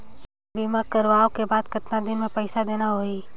बीमा करवाओ के बाद कतना दिन मे पइसा देना हो ही?